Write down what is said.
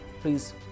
Please